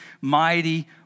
mighty